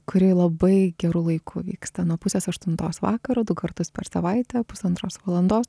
kuri labai geru laiku vyksta nuo pusės aštuntos vakaro du kartus per savaitę pusantros valandos